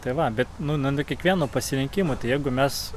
tai va bet nu ne nuo kiekvieno pasirinkimo tai jeigu mes